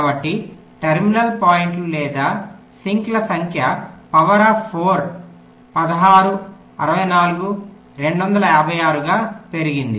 కాబట్టి terminal points లేదా సింక్ల సంఖ్య పవర్ అఫ్ 4 4 16 64 256 గా పెరిగింది